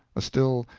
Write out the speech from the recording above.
a still,